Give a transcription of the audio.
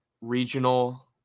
Regional